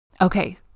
Okay